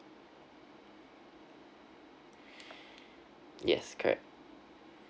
yes correct